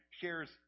shares